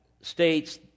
states